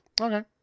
Okay